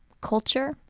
Culture